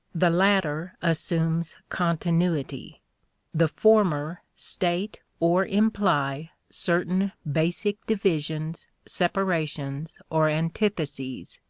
the latter assumes continuity the former state or imply certain basic divisions, separations, or antitheses,